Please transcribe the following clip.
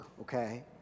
okay